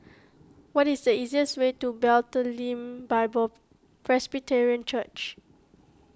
what is the easiest way to Bethlehem Bible Presbyterian Church